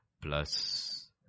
plus